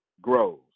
grows